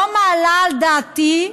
לא מעלה על דעתי,